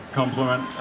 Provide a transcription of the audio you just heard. compliment